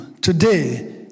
today